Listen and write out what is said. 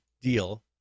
deal